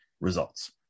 results